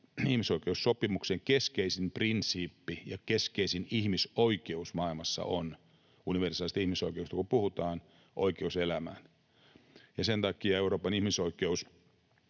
ihmisoikeussopimuksen keskeisin prinsiippi ja keskeisin ihmisoikeus maailmassa on, universaaleista ihmisoikeuksista kun puhutaan, oikeus elämään. Sen takia Euroopan neuvoston